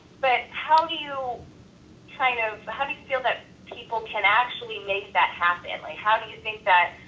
but how do you kind of, but how do you feel that people can actually make that happen? like how do you think that,